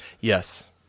Yes